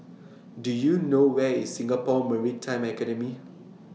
Do YOU know Where IS Singapore Maritime Academy